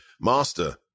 Master